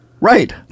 right